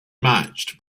matched